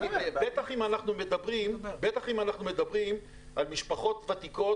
בטח אם אנחנו מדברים על משפחות ותיקות,